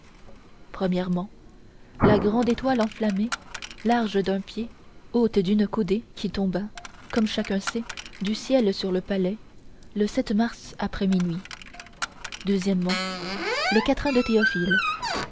premièrement la grande étoile enflammée large d'un pied haute d'une coudée qui tomba comme chacun sait du ciel sur le palais le mars après minuit deuxièmement le quatrain de théophile